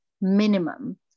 Minimum